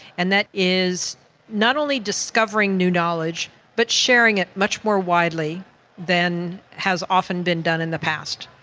and that is not only discovering new knowledge but sharing it much more widely than has often been done in the past.